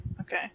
Okay